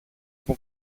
από